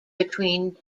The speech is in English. between